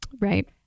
Right